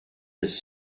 his